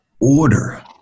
order